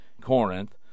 Corinth